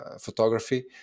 photography